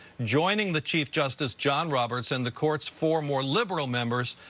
joining the chief justice, john roberts, and the court's four more liberal members,